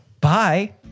Bye